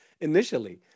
initially